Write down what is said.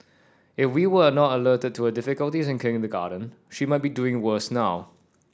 if we were not alerted to her difficulties in kindergarten she might be doing worse now